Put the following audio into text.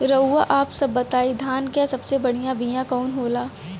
रउआ आप सब बताई धान क सबसे बढ़ियां बिया कवन होला?